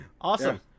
Awesome